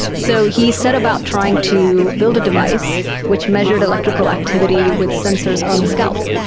so he set about trying to build a device which measured electrical activity with sensors on the scalp.